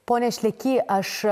pone šleky aš